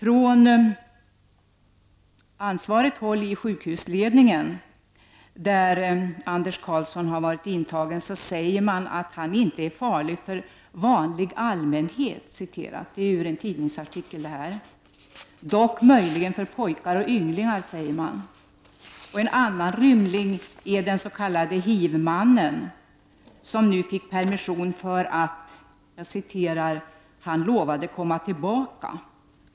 De ansvariga i sjukhusledningen på det sjukhus där Anders Karlsson var intagen säger i en tidningsartikel ”att han inte är farlig för vanlig allmänhet, dock möjligen för pojkar och ynglingar”. En annan rymling är den s.k. HIV-mannen, som fick permission därför att ”han lovade komma tillbaka”.